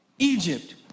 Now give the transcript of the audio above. Egypt